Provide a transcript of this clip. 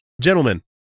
Gentlemen